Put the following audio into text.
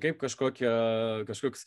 kaip kažkokia kažkoks